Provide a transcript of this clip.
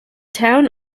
town